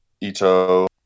Ito